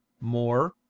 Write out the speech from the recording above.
More